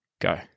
Go